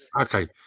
okay